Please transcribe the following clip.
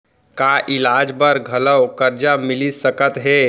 का इलाज बर घलव करजा मिलिस सकत हे?